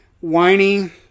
whiny